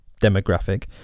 demographic